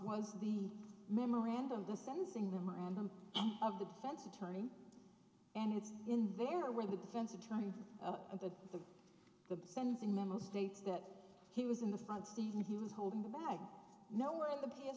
was the memorandum the sentencing memorandum of the defense attorney and it's in there where the defense attorney and the the sentencing memo states that he was in the front seat and he was holding the bag no where in the p